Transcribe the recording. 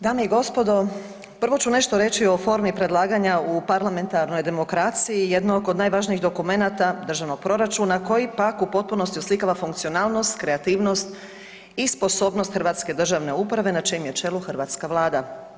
Dame i gospodo, prvo ću nešto reći o formi predlaganja u parlamentarnoj demokraciji, jednog od najvažnijih dokumenata, Državnog proračuna, koji pak u potpunosti oslikava funkcionalnost i sposobnost hrvatske državne uprave na čijem je čelu hrvatska Vlada.